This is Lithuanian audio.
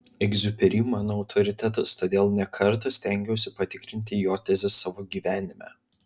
egziuperi man autoritetas todėl ne kartą stengiausi patikrinti jo tezes savo gyvenime